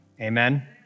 Amen